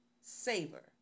savor